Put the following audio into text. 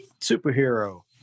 Superhero